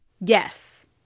Yes